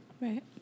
Right